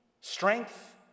strength